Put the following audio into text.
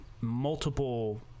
multiple